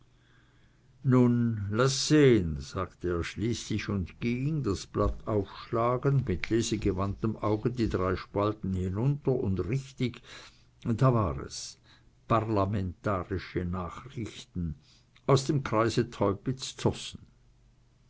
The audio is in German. nun laß sehn sagte er schließlich und ging das blatt aufschlagend mit lesegewandtem auge die drei spalten hinunter und richtig da war es parlamentarische nachrichten aus dem kreise